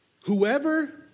whoever